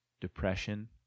depression